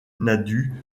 nadu